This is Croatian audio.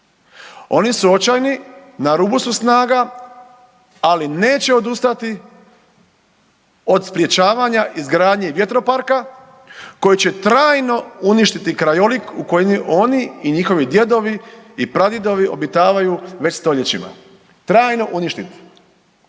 Oni su očajni, na rubu su snaga, ali neće odustati od sprječavanja izgradnje vjetroparka koji će trajno uništiti krajolik u koji oni i njihovi djedovi i pradjedovi obitavaju već stoljećima, trajno uništiti.